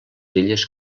illes